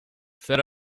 fed